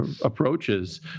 approaches